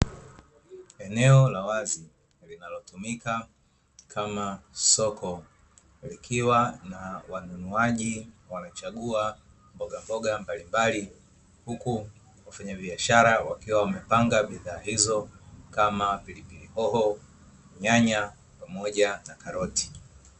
Eneo la wazi linalotumika kama soko, likiwa na wanunuaji wamechagua mbogamboga mbalimbali huku wafanyabishara wakiwa wamepanga bidhaa hizo kama pilipili hoho, nyanya pamoja na karoti.